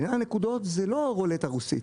עניין הנקודות זאת לא רולטה רוסית.